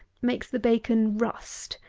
makes the bacon rust.